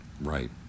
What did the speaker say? right